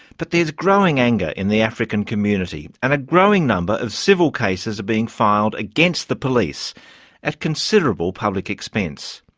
but there's growing anger in the african community and a growing number of civil cases are being filed against the police at considerable public expense.